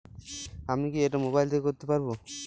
আমি কি এটা মোবাইল থেকে করতে পারবো?